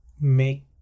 make